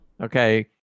Okay